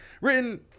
written